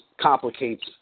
complicates